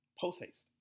post-haste